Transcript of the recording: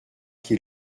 qui